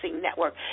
network